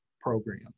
program